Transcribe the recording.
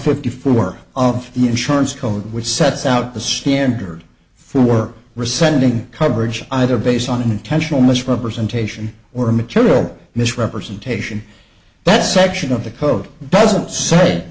fifty four of the insurance code which sets out the standard for work resending coverage either based on intentional misrepresentation or material misrepresentation that section of the code doesn't say